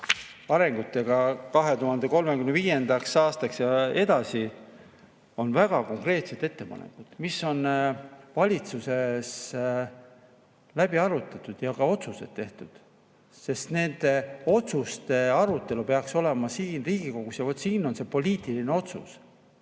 arengute kohta 2035. aastaks ja edasi, on väga konkreetsed ettepanekud, mis on valitsuses läbi arutatud ja mille kohta ka otsused tehtud. Nende otsuste arutelu peaks olema siin Riigikogus ja siin on ka see poliitiline otsus.